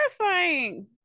terrifying